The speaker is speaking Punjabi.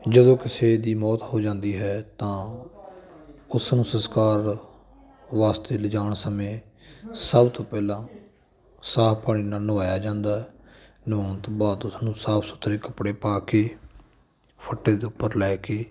ਜਦੋਂ ਕਿਸੇ ਦੀ ਮੌਤ ਹੋ ਜਾਂਦੀ ਹੈ ਤਾਂ ਉਸ ਨੂੰ ਸਸਕਾਰ ਵਾਸਤੇ ਲਿਜਾਣ ਸਮੇਂ ਸਭ ਤੋਂ ਪਹਿਲਾਂ ਸਾਫ ਪਾਣੀ ਨਾਲ ਨਹਾਇਆ ਜਾਂਦਾ ਨਹਾਉਣ ਤੋਂ ਬਾਅਦ ਉਸਨੂੰ ਸਾਫ ਸੁਥਰੇ ਕੱਪੜੇ ਪਾ ਕੇ ਫੱਟੇ ਦੇ ਉੱਪਰ ਲੈ ਕੇ